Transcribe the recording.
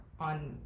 on